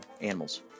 animals